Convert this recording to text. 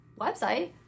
website